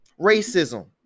Racism